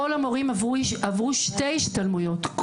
כל המורים עברו שתי השתלמויות,